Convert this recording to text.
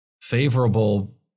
favorable